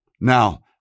Now